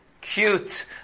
cute